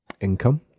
income